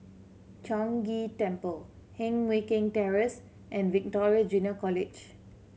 Chong Ghee Temple Heng Mui Keng Terrace and Victoria Junior College